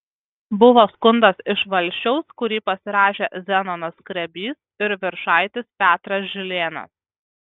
buvo skundas iš valsčiaus kurį pasirašė zenonas skrebys ir viršaitis petras žilėnas